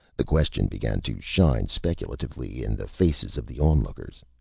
the question began to shine speculatively in the faces of the onlookers.